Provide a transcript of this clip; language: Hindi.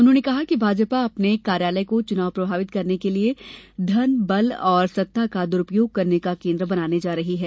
उन्होंने कहा कि भाजपा अपने कार्यालय को चुनाव प्रभावित करने के लिए धन बल और सत्ता का दुरूपयोग करने का केन्द्र बनाने जा रही है